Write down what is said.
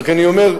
רק אני אומר,